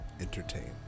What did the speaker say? entertain